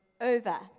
over